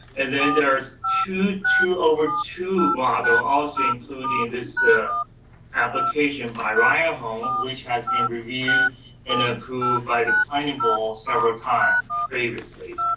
and then there's two two over two model also including this application by ryan home which has been and reviewed and approved by the planning board several times previously.